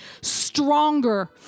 stronger